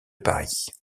paris